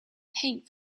paint